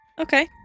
Okay